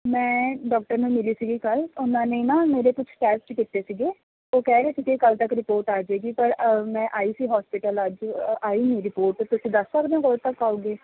ਮੈਂ ਡਾਕਟਰ ਨੂੰ ਮਿਲੀ ਸੀਗੀ ਕੱਲ੍ਹ ਉਹਨਾਂ ਨੇ ਨਾ ਮੇਰੇ ਕੁਛ ਟੈਸਟ ਕੀਤੇ ਸੀਗੇ ਉਹ ਕਹਿ ਰਹੇ ਸੀ ਕਿ ਕੱਲ੍ਹ ਤੱਕ ਰਿਪੋਰਟ ਆ ਜਾਵੇਗੀ ਪਰ ਮੈਂ ਆਈ ਸੀ ਹੋਸਪਿਟਲ ਅੱਜ ਆਈ ਨਹੀਂ ਰਿਪੋਟ ਤੁਸੀਂ ਦੱਸ ਸਕਦੇ ਹੋ ਕਦੋਂ ਤੱਕ ਆਵੇਗੀ